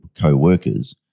co-workers